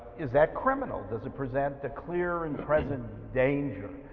is that criminal. does it present a clear and present danger?